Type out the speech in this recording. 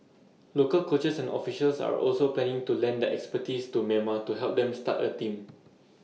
local coaches and officials are also planning to lend their expertise to Myanmar to help them start A team